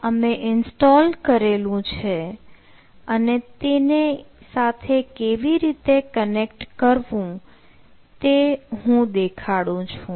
આ અમે ઇન્સ્ટોલ કરેલું છે અને તેની સાથે કેવી રીતે કનેક્ટ કરવું તે હું દેખાડું છું